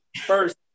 first